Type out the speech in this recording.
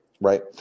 right